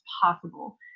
possible